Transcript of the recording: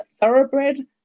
Thoroughbred